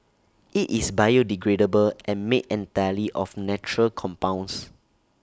IT is biodegradable and made entirely of natural compounds